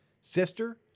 sister